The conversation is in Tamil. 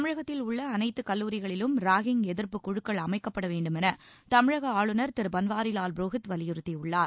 தமிழகத்தில் உள்ள அனைத்துக் கல்லூரிகளிலும் ராகிய் எதிர்ப்புக் குழுக்கள் அமைக்கப்பட வேண்டுமென தமிழக ஆளுநர் திரு பன்வாரிலால் புரோஹித் வலியுறுத்தியுள்ளார்